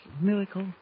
miracle